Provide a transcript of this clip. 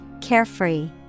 carefree